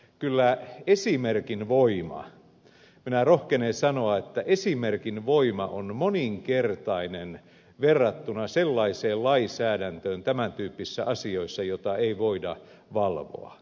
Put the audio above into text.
kyllä esimerkin voima minä rohkenen sanoa on moninkertainen verrattuna lainsäädäntöön tämän tyyppisissä asioissa joita ei voida valvoa